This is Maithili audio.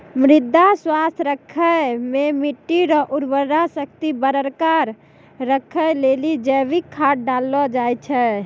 मृदा स्वास्थ्य राखै मे मट्टी रो उर्वरा शक्ति बरकरार राखै लेली जैविक खाद डाललो जाय छै